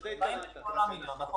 כל רשות ורשות וגם הממשלה יודעת